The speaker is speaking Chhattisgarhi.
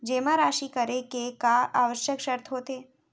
जेमा राशि करे के का आवश्यक शर्त होथे?